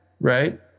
right